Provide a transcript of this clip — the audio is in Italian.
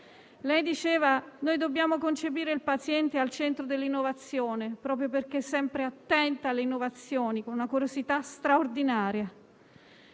Lei diceva che noi dobbiamo concepire il paziente al centro dell'innovazione, proprio perché sempre attenta alle innovazioni, con una curiosità straordinaria.